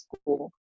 school